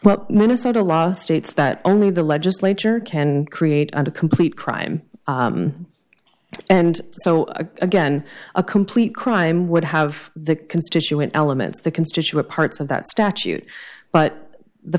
but minnesota law states that only the legislature can create a complete crime and so again a complete crime would have the constituent elements the constituent parts of that statute but the